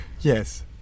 yes